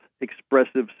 expressive